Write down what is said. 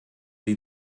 die